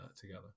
together